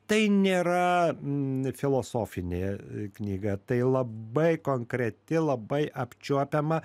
tai nėra filosofinė knyga tai labai konkreti labai apčiuopiama